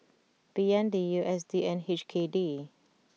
B N D U S D and H K D